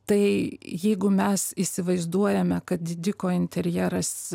tai jeigu mes įsivaizduojame kad didiko interjeras